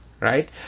right